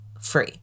free